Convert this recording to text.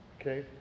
Okay